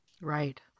Right